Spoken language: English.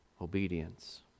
obedience